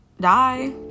die